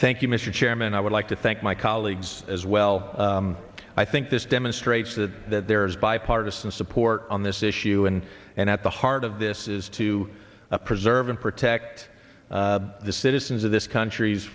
thank you mr chairman i would like to thank my colleagues as well i think this demonstrates that that there is bipartisan support on this issue and and at the heart of this is to preserve and protect the citizens of this country's